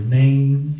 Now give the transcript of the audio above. name